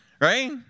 right